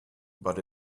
but